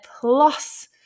plus